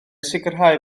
sicrhau